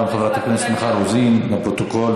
גם חברת הכנסת מיכל רוזין, לפרוטוקול.